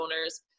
owners